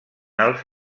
els